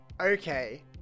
okay